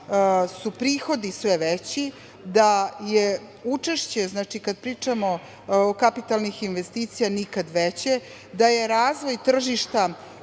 su prihodi sve veći, da je učešće kada pričamo o kapitalnim investicijama nikad veće, da je razvoj tržišta